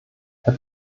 herr